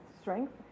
strength